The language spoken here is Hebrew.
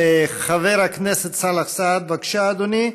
חבר הכנסת סאלח סעד, בבקשה, אדוני,